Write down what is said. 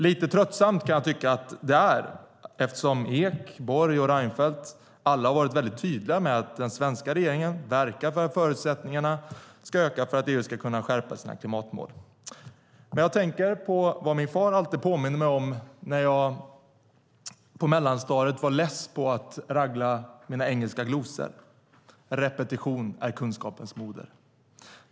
Lite tröttsamt kan jag tycka att det är eftersom Ek, Borg och Reinfeldt alla har varit väldigt tydliga med att den svenska regeringen verkar för att förutsättningarna ska öka för att EU ska kunna skärpa sina klimatmål. Men jag tänker på vad min far alltid påminde mig om när jag i mellanstadiet var less på att traggla mina engelska glosor: Repetition är kunskapens moder.